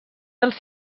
dels